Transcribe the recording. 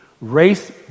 Race